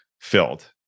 filled